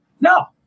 no